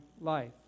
life